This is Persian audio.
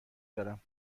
دارم